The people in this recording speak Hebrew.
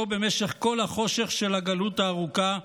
במשך כל החושך של הגלות הארוכה,